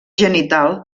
genital